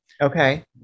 Okay